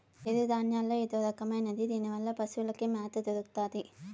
సిరుధాన్యాల్లో ఇదొరకమైనది దీనివల్ల పశులకి మ్యాత దొరుకుతాది